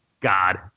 god